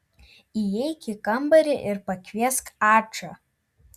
įeik į kambarį ir pakviesk ačą